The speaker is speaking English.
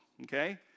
okay